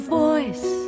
voice